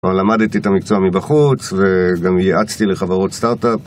אבל למדתי את המקצוע מבחוץ וגם ייעצתי לחברות סטארט-אפ.